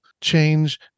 change